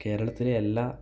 കേരളത്തിലെ എല്ലാ